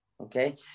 okay